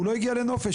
הוא לא הגיע לנופש,